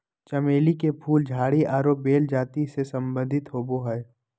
चमेली के फूल झाड़ी आरो बेल जाति से संबंधित होबो हइ